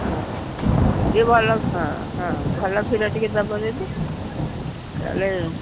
ହଁ ଟିକେ ଭଲ ହଁ ହଁ ଭଲ କ୍ଷୀର ଟିକେ ଦେବ ଯଦି ତାହେଲେ